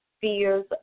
fears